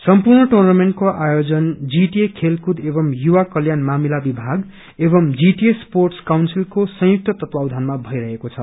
सम्पूर्ण र्ुनामेन्ट को आयोजन जीटिए खेलकूद एवं युवा कल्याण मामिला विभाग एव जीटिए स्पोअस काउन्सिल को संयुक्त तत्वाधानमा भईरहेको छ